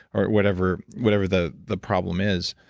or whatever whatever the the problem is,